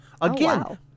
Again